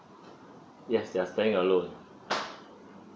yes they're staying alone